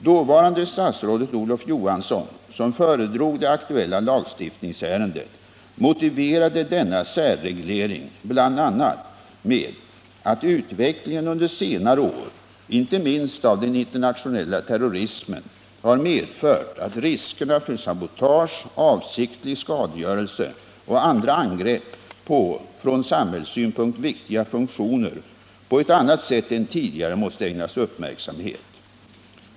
Dåvarande statsrådet Olof Johansson, som föredrog det aktuella lagstiftningsärendet, motiverade denna särreglering bl.a. med att utvecklingen under senare år, inte minst av den internationella terrorismen, har medfört att riskerna för sabotage, avsiktlig skadegörelse och andra angrepp på från samhällssynpunkt viktiga funktioner på ett annat sätt än tidigare måste ägnas uppmärksamhet.